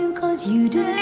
and cause you do